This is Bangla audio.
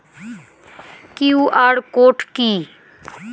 কিউ.আর কোড কি?